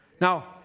now